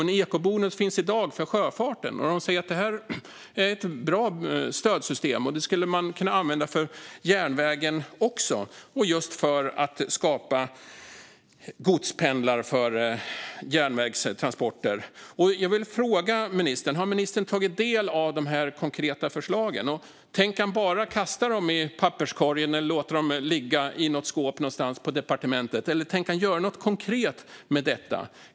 En ekobonus finns i dag för sjöfarten. Man säger att detta är ett bra stödsystem. Det skulle kunna användas också för järnvägen, just för att skapa godspendlar för järnvägstransporter. Jag vill fråga ministern: Har ministern tagit del av dessa konkreta förslag? Tänker han bara kasta dem i papperskorgen eller låta dem ligga i något skåp någonstans på departementet, eller tänker han göra något konkret med detta?